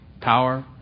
power